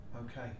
Okay